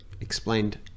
explained